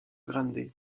grande